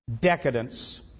decadence